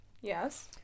Yes